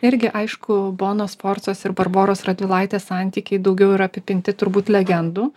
irgi aišku bonos sforcos ir barboros radvilaitės santykiai daugiau yra apipinti turbūt legendų